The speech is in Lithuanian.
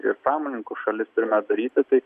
ir pramoninkų šalis turime daryti tai